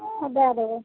हॅं दए दबै